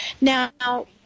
Now